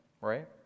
Right